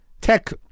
tech